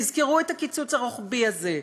תזכרו את הקיצוץ הרוחבי הזה.